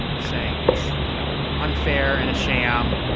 saying it's, you know, unfair and a sham.